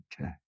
Okay